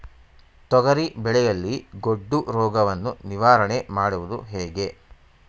ತೊಗರಿ ಬೆಳೆಯಲ್ಲಿ ಗೊಡ್ಡು ರೋಗವನ್ನು ನಿವಾರಣೆ ಮಾಡುವುದು ಹೇಗೆ?